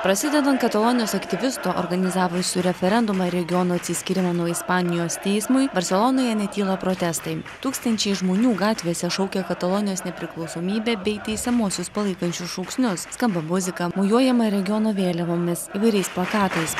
prasidedant katalonas aktyvistų organizavusių referendumą regiono atsiskyrimo nuo ispanijos teismui barselonoje netyla protestai tūkstančiai žmonių gatvėse šaukia katalonijos nepriklausomybę bei teisiamuosius palaikančius šūksnius skamba muzika mojuojama regiono vėliavomis įvairiais plakatais